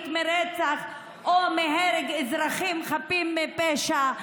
על רצח או על הרג אזרחים חפים מפשע.